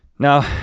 now,